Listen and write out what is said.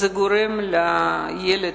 זה גורם לילד,